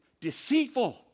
deceitful